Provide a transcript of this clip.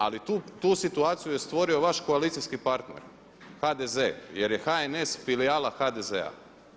Ali tu situaciju je stvorio vaš koalicijski partner HDZ jer je HNS filijala HDZ-a.